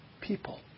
people